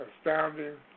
Astounding